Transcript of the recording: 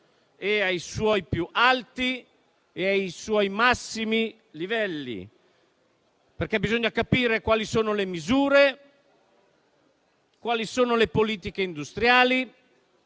subito e ai suoi massimi livelli, perché bisogna capire quali sono le misure, quali sono le politiche industriali,